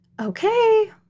okay